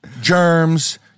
germs